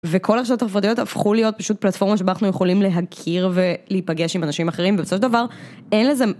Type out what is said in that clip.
וכל הרשתות החברתיות הפכו להיות פשוט פלטפורמה שבה אנחנו יכולים להכיר ולהיפגש עם אנשים אחרים, ובסופו של דבר, אין לזה...